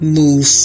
move